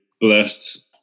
blessed